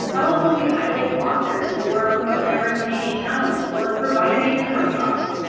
how else will we highlight new author oars or promote diverse canadian talent or provide amazing workshops?